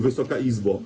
Wysoka Izbo!